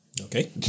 okay